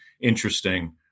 interesting